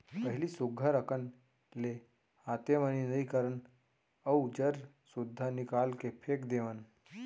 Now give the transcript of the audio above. पहिली सुग्घर अकन ले हाते म निंदई करन अउ जर सुद्धा निकाल के फेक देवन